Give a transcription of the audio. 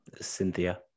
Cynthia